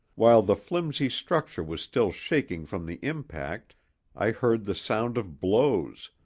while the flimsy structure was still shaking from the impact i heard the sound of blows,